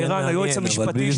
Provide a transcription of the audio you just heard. היועץ המשפטי,